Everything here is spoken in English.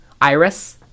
Iris